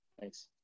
Thanks